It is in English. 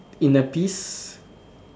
inner peace